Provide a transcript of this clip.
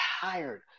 tired